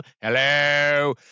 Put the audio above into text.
hello